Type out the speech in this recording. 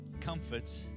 comfort